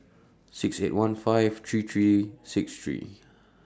six eight one five three three six three